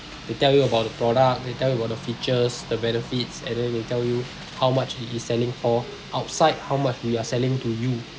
they tell you about the product they tell you about the features the benefits and then they tell you how much it is selling for outside how much we are selling to you